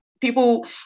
people